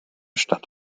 stadt